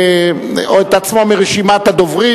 את עצמו מרשימת הדוברים.